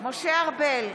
משה ארבל,